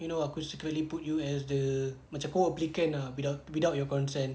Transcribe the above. you know aku secretly put you as the macam kau applicant ah without without your consent